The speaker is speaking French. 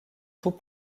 tout